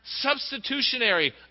substitutionary